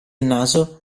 naso